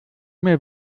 mehr